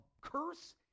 curse